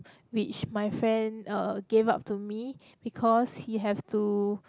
which my friend uh gave up to me because he have to